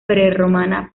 prerromana